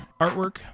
Artwork